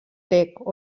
grec